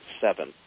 seven